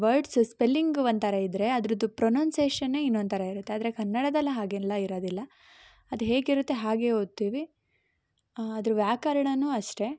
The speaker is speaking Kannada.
ವರ್ಡ್ಸ್ ಸ್ಪೆಲ್ಲಿಂಗ್ ಒಂಥರ ಇದ್ರೆ ಅದರದ್ದು ಪ್ರೊನೌನ್ಸೇಶನ್ ಇನ್ನೊಂಥರ ಇರುತ್ತೆ ಆದರೆ ಕನ್ನಡದಲ್ಲಿ ಹಾಗೆಲ್ಲ ಇರೋದಿಲ್ಲ ಅದು ಹೇಗಿರುತ್ತೆ ಹಾಗೇ ಓದ್ತೀವಿ ಅದ್ರ ವ್ಯಾಕರಣವೂ ಅಷ್ಟೇ